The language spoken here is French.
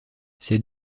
ces